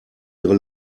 ihre